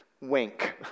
wink